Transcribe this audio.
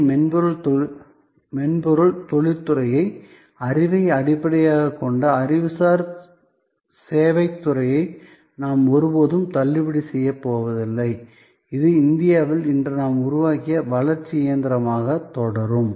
பெரிய மென்பொருள் தொழிற்துறையை அறிவை அடிப்படையாகக் கொண்ட அறிவுசார் சேவைத் துறையை நாம் ஒருபோதும் தள்ளுபடி செய்யப் போவதில்லை இது இந்தியாவில் இன்று நாம் உருவாக்கிய வளர்ச்சி இயந்திரமாகத் தொடரும்